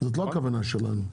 זאת לא הכוונה שלנו.